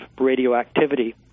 radioactivity